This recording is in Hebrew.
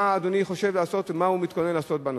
מה אדוני חושב לעשות ומה הוא מתכונן לעשות בנושא?